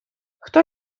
хто